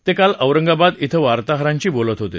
ते काल औरंगाबाद इथं वार्ताहरांशी बोलत होते